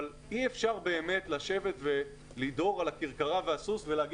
אבל אי אפשר באמת לשבת ולדהור על הכרכרה והסוס ולומר